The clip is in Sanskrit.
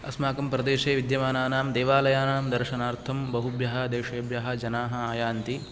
अस्माकं प्रदेशे विद्यमानानां देवालयानां दर्शनार्थं बहुभ्यः देशेभ्यः जनाः आयान्ति